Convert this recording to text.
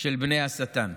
של בני השטן.